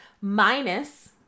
minus